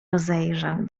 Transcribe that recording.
rozejrzał